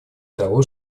того